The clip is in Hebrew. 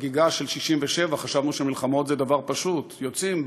בחגיגה של 67' וחשבנו שמלחמות זה דבר פשוט: יוצאים,